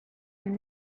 you